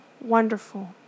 wonderful